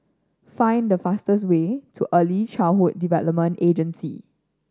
find the fastest way to Early Childhood Development Agency